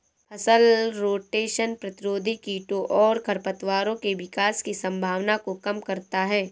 फसल रोटेशन प्रतिरोधी कीटों और खरपतवारों के विकास की संभावना को कम करता है